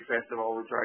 festival